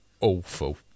awful